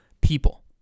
people